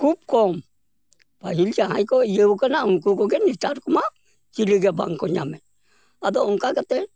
ᱠᱷᱩᱵ ᱠᱚᱢ ᱯᱟᱹᱦᱤᱞ ᱡᱟᱦᱟᱭ ᱠᱚ ᱤᱭᱟᱹᱣ ᱠᱟᱱᱟ ᱩᱝᱠᱩᱠᱚᱜᱮ ᱱᱮᱛᱟᱨ ᱠᱚᱢᱟ ᱪᱤᱞᱤᱜᱮ ᱵᱟᱝᱠᱚ ᱧᱟᱢᱮᱫ ᱟᱫᱚ ᱚᱱᱠᱟ ᱠᱟᱛᱮ